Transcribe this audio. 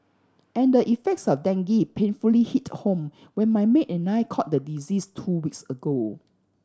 and the effects of dengue painfully hit home when my maid and I caught the disease two weeks ago